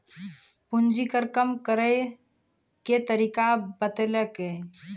पूंजी कर कम करैय के तरीका बतैलकै